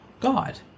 God